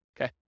Okay